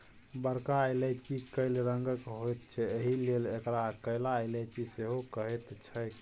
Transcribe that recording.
बरका इलायची कैल रंगक होइत छै एहिलेल एकरा कैला इलायची सेहो कहैत छैक